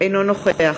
אינו נוכח